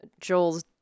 Joel's